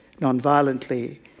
non-violently